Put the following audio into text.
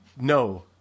No